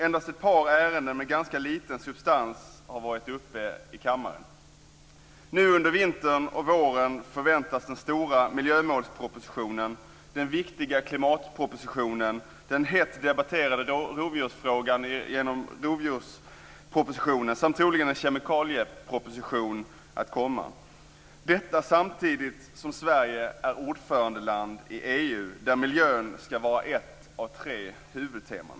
Endast ett par ärenden med ganska lite substans har varit uppe i kammaren. Nu under vintern och våren förväntas den stora miljömålspropositionen, den viktiga klimatpropositionen, rovdjurspropositionen där den hett debatterade rovdjursfrågan tas upp, samt troligen en kemikalieproposition. Detta sker samtidigt som Sverige är ordförandeland i EU där miljön ska vara ett av tre huvudteman.